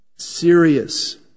Serious